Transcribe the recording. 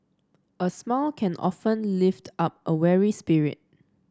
a smile can often lift up a weary spirit